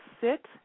sit